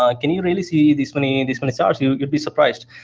um can you really see this many this many stars? you would be surprised.